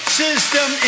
system